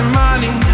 money